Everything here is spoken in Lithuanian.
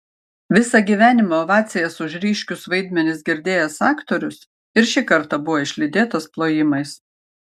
visą gyvenimą ovacijas už ryškius vaidmenis girdėjęs aktorius ir šį kartą buvo išlydėtas plojimais